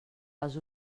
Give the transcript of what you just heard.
els